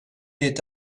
est